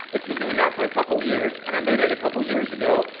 it's been doing that for a couple years, and i made it a couple years ago.